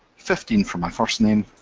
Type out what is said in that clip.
fifteen for my firstname,